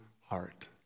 heart